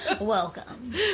Welcome